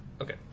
Okay